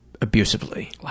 abusively